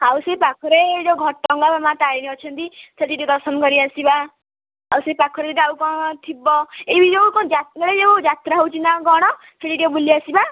ଆଉ ସେଇ ପାଖରେ ଯେଉଁ ଘଟଗାଁ ମା ତାରିଣୀ ଅଛନ୍ତି ସେଠି ଟିକେ ଦର୍ଶନ କରି ଆସିବା ଆଉ ସେ ପାଖରେ ଯଦି ଆଉ କ'ଣ ଥିବ ଏଇ ଯେଉଁ ଯାତ୍ରା ଯାତ୍ରା ହେଉଛି ନା କ'ଣ ସେଠି ଟିକେ ବୁଲିଆସିବା